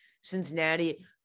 Cincinnati